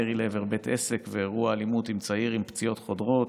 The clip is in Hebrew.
ירי לעבר בית עסק ואירוע אלימות עם צעיר עם פציעות חודרות,